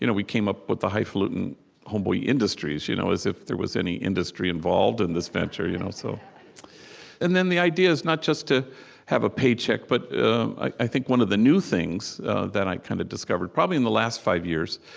you know we came up with the highfalutin homeboy industries, you know as if there was any industry involved in this venture you know so and then the idea is not just to have a paycheck. but i think one of the new things that i kind of discovered, probably in the last five years,